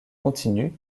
continu